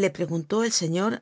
le preguntó el señor